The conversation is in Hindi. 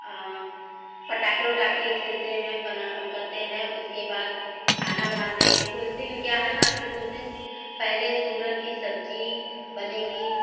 पटाख़े वटाख़े खेलते हैं बना करते हैं उसके बाद खाना बनाते हैं उस दिन क्या है ना कि उस दिन पहले सूरन कि सब्ज़ी बनेगी